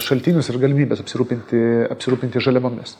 šaltinius ir galimybes apsirūpinti apsirūpinti žaliavomis